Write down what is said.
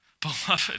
Beloved